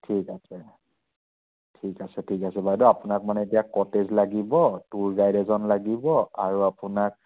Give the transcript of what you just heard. ঠিক আছে ঠিক আছে ঠিক আছে বাইদ' আপোনাক মানে এতিয়া কটেজ লাগিব টুৰ গাইড এজন লাগিব আৰু আপোনাক